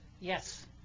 Yes